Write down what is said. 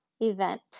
event